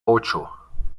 ocho